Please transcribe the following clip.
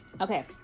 Okay